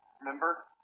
remember